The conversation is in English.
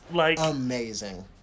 Amazing